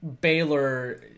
Baylor